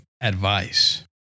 advice